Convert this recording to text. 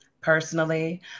Personally